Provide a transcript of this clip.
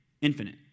Infinite